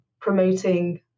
promoting